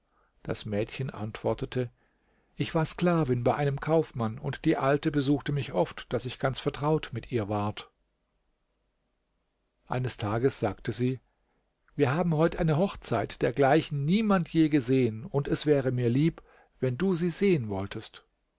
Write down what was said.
das mädchen antwortete ich war sklavin bei einem kaufmann und die alte besuchte mich oft daß ich ganz vertraut mit ihr ward eines tages sagte sie wir haben heut eine hochzeit dergleichen niemand je gesehen und es wäre mir lieb wenn du sie sehen wolltest